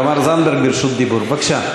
תמר זנדברג ברשות דיבור, בבקשה.